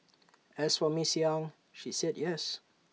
as for miss yang she said yes